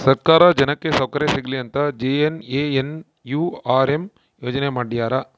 ಸರ್ಕಾರ ಜನಕ್ಕೆ ಸೌಕರ್ಯ ಸಿಗಲಿ ಅಂತ ಜೆ.ಎನ್.ಎನ್.ಯು.ಆರ್.ಎಂ ಯೋಜನೆ ಮಾಡ್ಯಾರ